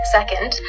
Second